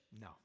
No